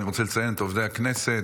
אני רוצה לציין את עובדי הכנסת,